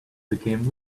became